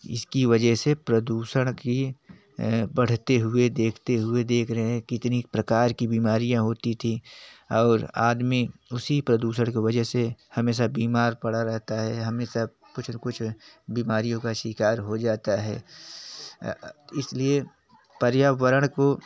इसकी वजह से प्रदूषण की बढ़ते हुए देखते हुए देख रहे हैं कितनी प्रकार की बीमारियाँ होती थीं और आदमी उसी प्रदूषण की वजह से हमेशा बीमार पड़ा रहता है हमेशा कुछ न कुछ बीमारियों का शिकार हो जाता है इसलिए पर्यावरण को